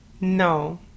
No